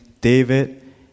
David